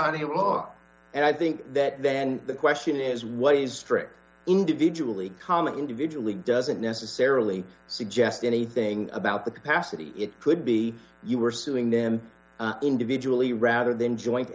on iraq and i think that then the question is ways strick individually comic individually doesn't necessarily suggest anything about the capacity it could be you were suing them individually rather than joint